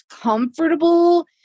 comfortable